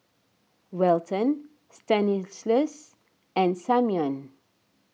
Welton Stanislaus and Simeon